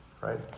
right